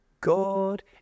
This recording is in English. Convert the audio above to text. God